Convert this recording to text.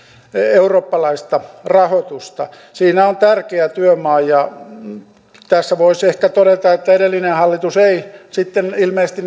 eurooppalaista rahoitusta siinä on tärkeä työmaa ja tässä voisi ehkä todeta että edellinen hallitus ei sitten ilmeisesti